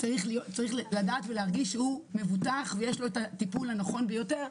צריך לדעת ולהרגיש שהוא מבוטח ויש לו הטיפול הנכון ביותר,